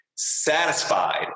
satisfied